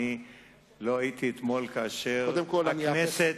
לא הייתי אתמול כאשר הכנסת,